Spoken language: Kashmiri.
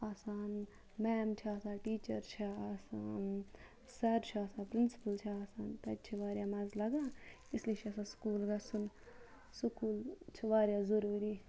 آسان میم چھِ آسان ٹیٖچَر چھِ آسان سَر چھُ آسان پرنسپٕل چھِ آسان تَتہِ چھِ واریاہ مَزٕ لَگان اِسلیے چھُ آسان سکوٗل گَژھُن سکوٗل چھُ واریاہ ضروٗری